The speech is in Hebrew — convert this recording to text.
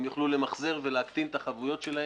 הם יוכלו למחזר ולהקטין את החבויות שלהם.